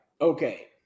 okay